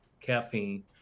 caffeine